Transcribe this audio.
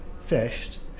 fished